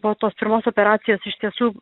po tos pirmos operacijos iš tiesų